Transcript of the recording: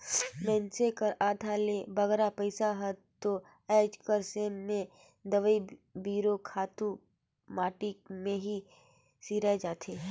मइनसे कर आधा ले बगरा पइसा हर दो आएज कर समे में दवई बीरो, खातू माटी में ही सिराए जाथे